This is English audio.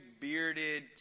bearded